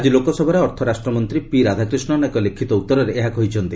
ଆଜି ଲୋକସଭାରେ ଅର୍ଥ ରାଷ୍ଟ୍ରମନ୍ତ୍ରୀ ପି ରାଧାକ୍ରିଷ୍ଣନ୍ ଏକ ଲିଖିତ ଉତ୍ତରରେ ଏହା କହିଛନ୍ତି